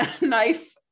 knife